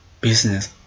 business